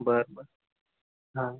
बरं बर हां